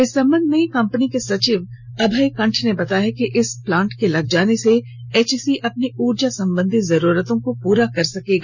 इस संबध में कंपनी के सचिव अभय कंठ ने बताया कि इस प्लांट के लग जाने से एचईसी अपनी उर्जा संबधी जरूरतों को पूरा करने के लिए सकेगा